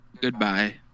Goodbye